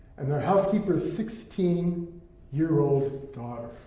and their housekeeper's sixteen year old daughter.